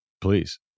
please